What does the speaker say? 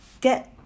get